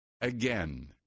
again